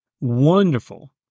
Wonderful